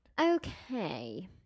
Okay